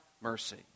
mercy